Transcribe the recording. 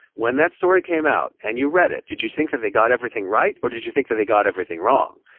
when that story came out and you read it, did you think that they got everything right or did you think that they got everything wrong?